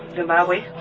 malawi.